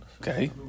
Okay